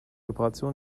operation